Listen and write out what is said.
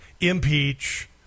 impeach